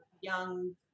young